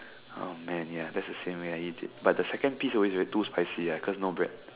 oh man ya that's the same way I eat it but the second piece always too spicy cause no bread